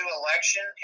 election